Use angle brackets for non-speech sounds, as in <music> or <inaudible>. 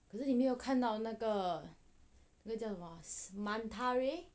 可是你没有看到那个那个叫什么啊 <noise> manta rays